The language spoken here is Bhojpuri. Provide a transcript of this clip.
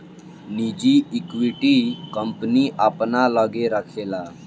निजी इक्विटी, कंपनी अपना लग्गे राखेला